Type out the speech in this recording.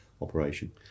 operation